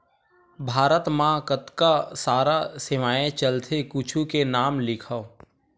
भारत मा कतका सारा सेवाएं चलथे कुछु के नाम लिखव?